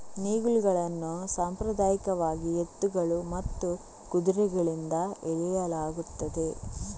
ನೇಗಿಲುಗಳನ್ನು ಸಾಂಪ್ರದಾಯಿಕವಾಗಿ ಎತ್ತುಗಳು ಮತ್ತು ಕುದುರೆಗಳಿಂದ ಎಳೆಯಲಾಗುತ್ತದೆ